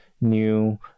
new